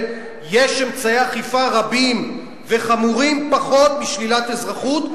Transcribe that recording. יש אמצעי אכיפה רבים וחמורים פחות משלילת אזרחות,